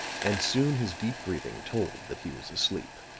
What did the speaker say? and soon his deep breathing told that he was asleep.